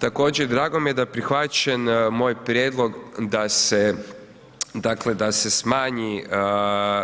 Također drago mi je da je prihvaćen moj prijedlog da se, dakle da se smanji,